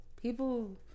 People